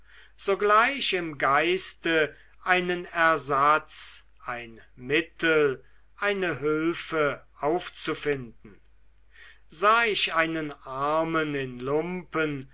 sogleich im geiste einen ersatz ein mittel eine hülfe aufzufinden sah ich einen armen in lumpen